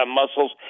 muscles